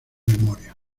memoria